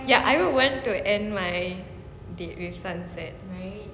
ya I would want to end my date with sunset